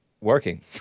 working